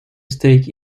stake